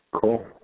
Cool